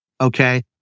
Okay